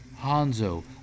Hanzo